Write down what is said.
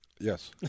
Yes